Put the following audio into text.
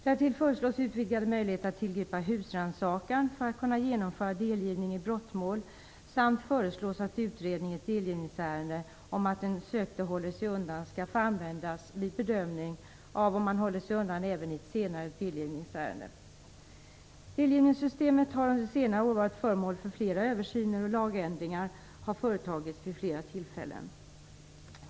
Därtill föreslås utvidgade möjligheter att tillgripa husrannsakan för att kunna genomföra delgivning i brottmål samt föreslås att utredning i ett delgivningsärende om att den sökte håller sig undan skall få användas vid bedömning av om han håller sig undan även i ett senare delgivningsärende. Delgivningssystemet har under senare år varit föremål för flera översyner, och lagändringar har företagits vid flera tillfällen.